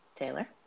Taylor